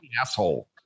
asshole